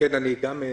גם אני מצטרף.